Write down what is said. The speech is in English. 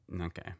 okay